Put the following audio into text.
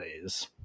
days